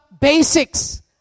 basics